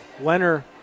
Leonard